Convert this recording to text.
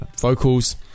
Vocals